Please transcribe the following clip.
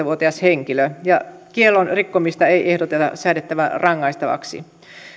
vuotias henkilö mutta kiellon rikkomista ei ehdoteta säädettävän rangaistavaksi